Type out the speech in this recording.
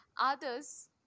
Others